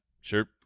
Sure